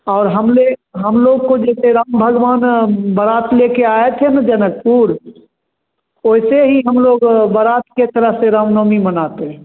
और हमले हम लोग को जैसे राम भगवान बारात लेकर आए थे ना जनकपुर वैसे ही हम लोग बारात की तरह से रामनवमी मनाते हैं